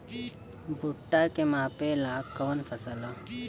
भूट्टा के मापे ला कवन फसल ह?